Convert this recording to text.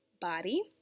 Body